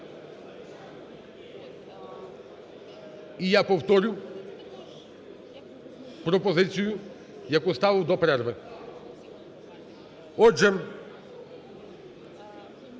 І я повторю пропозицію, яку ставив до перерви. Отже,